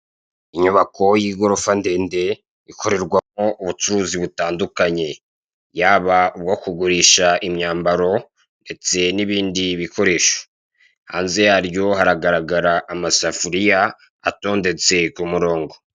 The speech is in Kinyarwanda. Inyubako y'igorofa ndende, ikorerwamo ubucuruzi butandukanye, yaba ubwo kugurisha imyambaro n'ibindi bikoresho. Hanze yaryo haragaragara amasafuriya atondetse ku murongo.